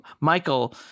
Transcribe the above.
Michael